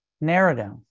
narrative